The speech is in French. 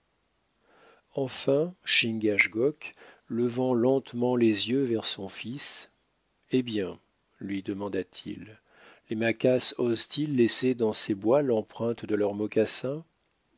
enfin chingachgook levant lentement les yeux vers son fils eh bien lui demanda-t-il les maquas osent-ils laisser dans ces bois l'empreinte de leurs mocassins